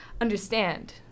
understand